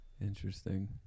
interesting